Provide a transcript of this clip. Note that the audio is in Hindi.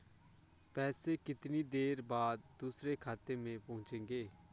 पैसे कितनी देर बाद दूसरे खाते में पहुंचेंगे?